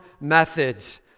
methods